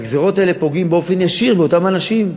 והגזירות האלה פוגעות באופן ישיר באותם אנשים,